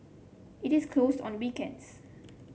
it is closed on weekends